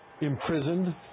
imprisoned